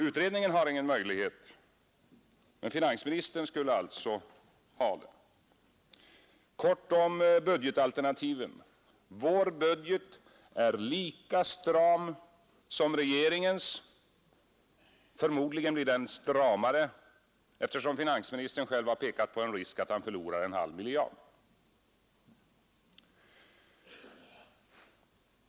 Utredningen har ingen möjlighet, men finansministern skulle alltså ha den. Vårt budgetalternativ är lika stramt som regeringens. Förmodligen blir det stramare, eftersom finansministern själv har pekat på en risk att förlora en halv miljard kronor.